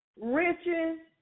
riches